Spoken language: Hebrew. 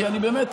כי אני באמת,